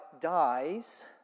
dies